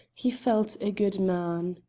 he felt a good man.